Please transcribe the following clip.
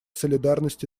солидарность